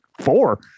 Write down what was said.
Four